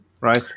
right